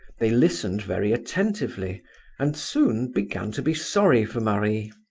they listened very attentively and soon began to be sorry for marie.